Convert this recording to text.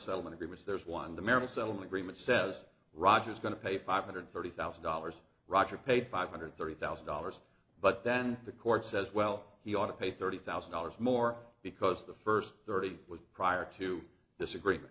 settlement agreements there's one the marriage settlement agreement says raj is going to pay five hundred thirty thousand dollars roger pay five hundred thirty thousand dollars but then the court says well he ought to pay thirty thousand dollars more because the first thirty with prior to this agree